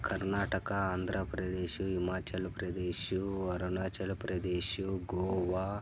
Karnataka Andhra Pradesh Himachal Pradesh Arunachal Pradesh Goa